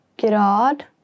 Grad